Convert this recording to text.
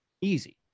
easy